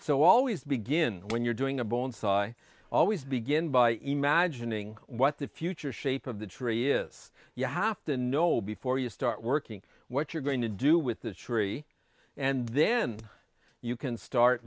so always begin when you're doing a bone saw i always begin by imagining what the future shape of the tree is you have to know before you start working what you're going to do with the tree and then you can start